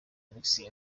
alexis